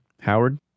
Howard